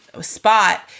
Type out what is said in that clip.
spot